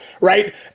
right